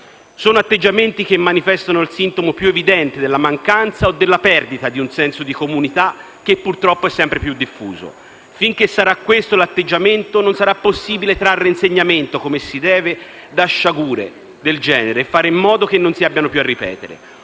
Sono atteggiamenti che manifestano il sintomo più evidente della mancanza o della perdita di un senso di comunità che, purtroppo, è sempre più diffuso. Finché sarà questo l'atteggiamento non sarà possibile trarre un insegnamento come si deve da sciagure del genere e fare in modo che esse non si abbiano più a ripetere.